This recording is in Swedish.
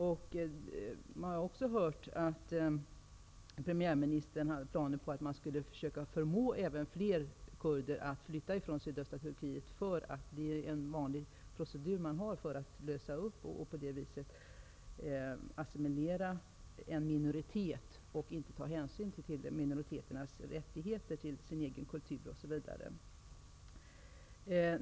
Det sägs också att premiärministern har planer på att försöka förmå flera kurder att flytta från sydöstra Turkiet. Det är en vanlig procedur för att assimilera en minoritet och inte ta hänsyn till dess rättigheter, dess egen kultur osv.